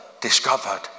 discovered